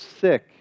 sick